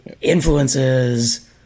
influences